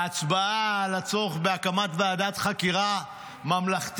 בהצבעה על הצורך בהקמת ועדת חקירה ממלכתית,